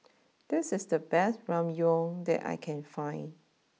this is the best Ramyeon that I can find